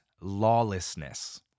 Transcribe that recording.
lawlessness